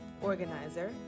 organizer